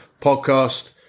Podcast